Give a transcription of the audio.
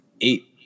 eight